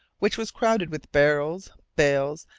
which was crowded with barrels, bales,